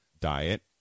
diet